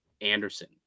Anderson